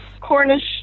Cornish